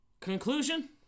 conclusion